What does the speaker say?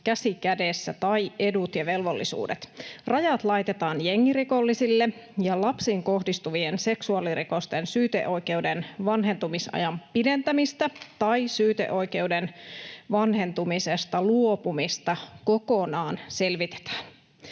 käsi kädessä — tai edut ja velvollisuudet. Rajat laitetaan jengirikollisille, ja lapsiin kohdistuvien seksuaalirikosten syyteoikeuden vanhentumisajan pidentämistä tai syyteoikeuden vanhentumisesta kokonaan luopumista selvitetään.